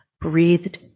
breathed